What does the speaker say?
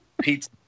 pizza